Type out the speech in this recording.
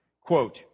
quote